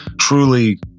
truly